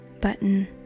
button